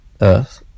earth